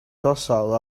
docile